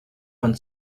von